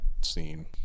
scene